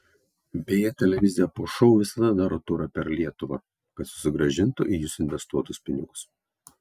beje televizija po šou visada daro turą per lietuvą kad susigrąžintų į jus investuotus pinigus